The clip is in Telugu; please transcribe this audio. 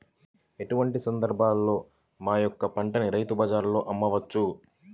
ఎటువంటి సందర్బాలలో మా యొక్క పంటని రైతు బజార్లలో అమ్మవచ్చు?